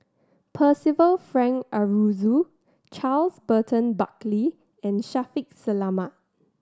Percival Frank Aroozoo Charles Burton Buckley and Shaffiq Selamat